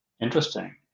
interesting